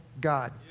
God